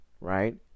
right